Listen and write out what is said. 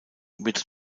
wird